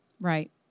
Right